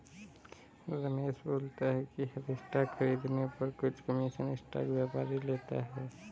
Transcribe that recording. रमेश बोलता है कि हर स्टॉक खरीदने पर कुछ कमीशन स्टॉक व्यापारी लेता है